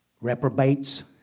reprobates